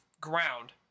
ground